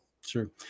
Sure